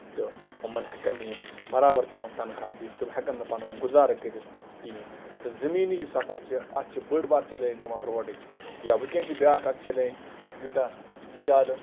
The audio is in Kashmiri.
تہٕ یِمَن ہٮ۪کَن نہٕ یِم برابر پََنُن تَنخاہ دِتھ تِم ہٮ۪کن نہٕ پَنُن گُزارٕ کٔرِتھ کِہیٖنۍ نہٕ تہٕ زٔمیٖنی یُس سَفر چھُ اَتھ چھُ بٔڑ بارٕ چیلینج یِوان روڈٕچ یا ؤنکیٚن چھُ بیاکھ اکھ چیلینج یوٗتاہ زیادٕ